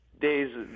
days